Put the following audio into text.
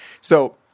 So-